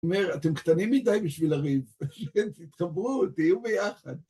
זאת אומרת, אתם קטנים מדי בשביל הריב, תתחברו, תהיו ביחד.